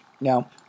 Now